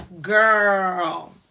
girl